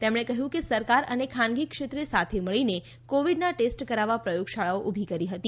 તેમણે કહ્યું કે સરકાર અને ખાનગી ક્ષેત્રે સાથે મળીને કોવિડનાં ટેસ્ટ કરાવવા પ્રયોગશાળાઓ ઉભી કરી હતી